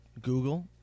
Google